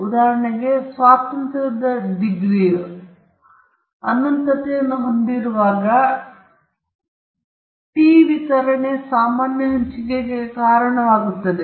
ಉದಾಹರಣೆಗೆ ಸ್ವಾತಂತ್ರ್ಯದ ಡಿಗ್ರಿಯು ಅನಂತತೆಯನ್ನು ಹೊಂದಿರುವಾಗ ಟಿ ವಿತರಣೆಯು ಸಾಮಾನ್ಯ ಹಂಚಿಕೆಗೆ ಕಾರಣವಾಗುತ್ತದೆ